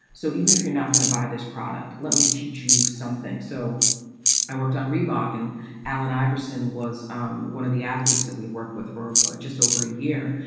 so even if you're not going to buy this product, let me teach you something. so i worked on reebok and allen iverson was um one of the athletes that we worked with for just over a year.